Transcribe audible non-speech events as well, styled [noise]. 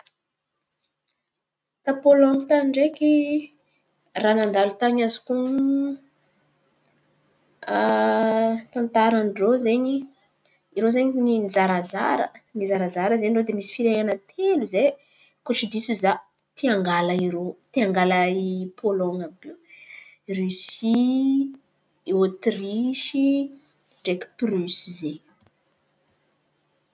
Ta Pôlôny tan̈y ndraiky raha nandalo tan̈y ny azoo honon̈o [hesitation] tantaran-drô zen̈y irô zen̈y nizarazara nizarazara zen̈y rô de nisy firenena telo zay koa tsy diso za tia angala irô, tia angala irô pôlôny àby io: Rosia, ôtrisy ndraiky Prosy izen̈y.